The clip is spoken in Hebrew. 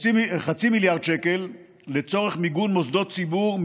חצי מיליארד שקל לצורך מיגון מוסדות ציבור,